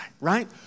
right